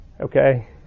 okay